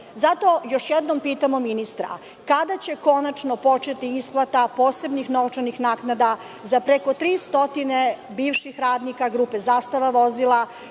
još jednom pitamo ministra – kada će konačno početi isplata posebnih novčanih naknada za preko 300 bivših radnika grupe „Zastava vozila“